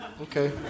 Okay